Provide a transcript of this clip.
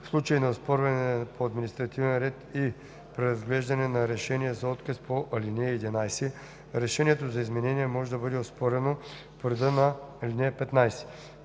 В случай на оспорване по административен ред и преразглеждане на решение за отказ по ал. 11 решението за изменение може да бъде оспорено по реда на ал. 15.